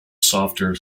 softer